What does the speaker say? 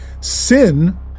sin